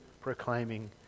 proclaiming